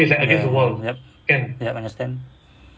ya yup understand